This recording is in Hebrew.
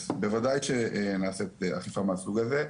אז בוודאי שנעשית אכיפה מהסוג הזה.